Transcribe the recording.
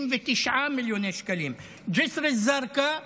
39 מיליוני שקלים, ג'יסר א-זרקא,